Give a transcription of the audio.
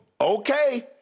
okay